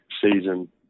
season